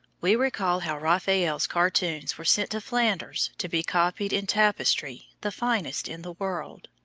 we recall how raphael's cartoons were sent to flanders to be copied in tapestry the finest in the world.